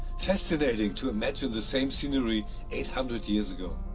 fascinating to imagine the same scenery eight hundred years ago